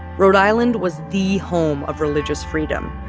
rhode island was the home of religious freedom.